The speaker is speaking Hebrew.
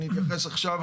אני אתייחס עכשיו.